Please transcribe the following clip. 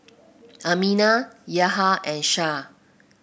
Aminah Yahya and Shah